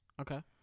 Okay